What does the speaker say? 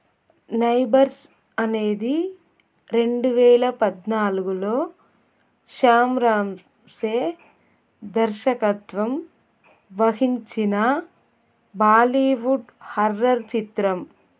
neighbours అనేది రెండు వేల పద్నాలుగులో శ్యామ్రాంసే దర్శకత్వం వహించిన బాలీవుడ్ హర్రర్ చిత్రం